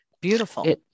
Beautiful